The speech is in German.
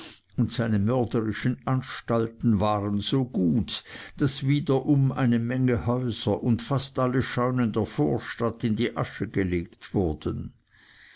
und seine mörderischen anstalten waren so gut daß wiederum eine menge häuser und fast alle scheunen der vorstadt in die asche gelegt wurden